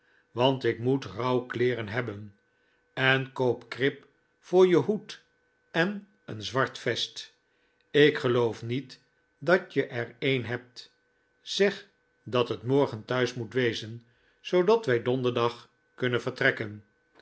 want ik moet rouwkleeren hebben en koop krip voor je hoed en een zwart vest ik geloof niet dat je er een hebt zeg dat het morgen thuis moet wezen zoodat wij donderdag kunnen vertrekken